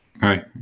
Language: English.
Hi